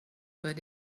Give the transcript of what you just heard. but